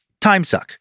timesuck